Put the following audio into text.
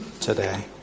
today